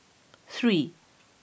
three